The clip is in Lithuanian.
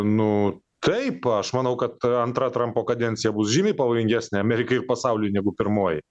nu taip aš manau kad antra trampo kadencija bus žymiai pavojingesnė amerikai ir pasauliui negu pirmoji